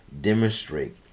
demonstrate